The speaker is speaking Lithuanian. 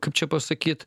kaip čia pasakyt